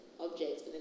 Objects